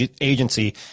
agency